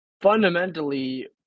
fundamentally